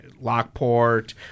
Lockport